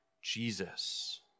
Jesus